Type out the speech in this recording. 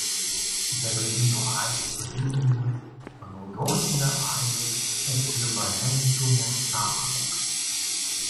begalinių aibių palyginimui panaudosime aibių ekvivalentumo sąvoką